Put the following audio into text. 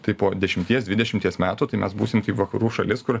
tai po dešimties dvidešimties metų tai mes būsim kaip vakarų šalis kur